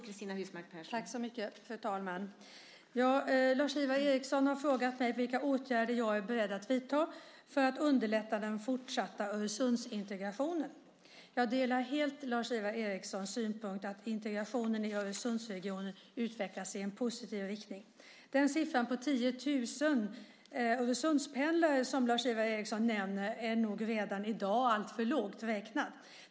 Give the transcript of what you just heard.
Fru talman! Lars-Ivar Ericson har frågat mig vilka åtgärder jag är beredd att vidta för att underlätta den fortsatta Öresundsintegrationen. Jag delar helt Lars-Ivar Ericsons synpunkt att integrationen i Öresundsregionen utvecklas i positiv riktning. Den siffra på 10 000 Öresundspendlare som Lars-Ivar Ericson nämner är nog redan i dag alltför lågt räknad.